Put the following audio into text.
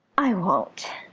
i won't!